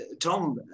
Tom